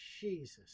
Jesus